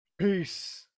Peace